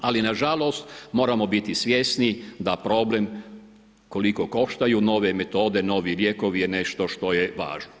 Ali na žalost, moramo biti svjesni da problem koliko koštaju nove metode, novi lijekovi je nešto što je važno.